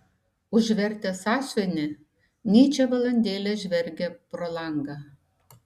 užvertęs sąsiuvinį nyčė valandėlę žvelgė pro langą